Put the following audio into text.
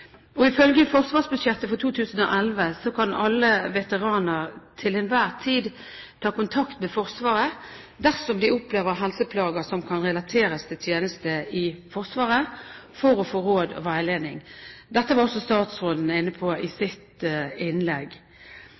Ifølge forsvarsbudsjettet for 2011 kan alle veteraner til enhver tid ta kontakt med Forsvaret dersom de opplever helseplager som kan relateres til tjeneste i Forsvaret, for å få råd og veiledning. Dette var også statsråden inne på i sitt innlegg.